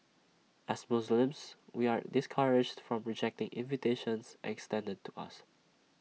as Muslims we are discouraged from rejecting invitations extended to us